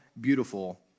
Beautiful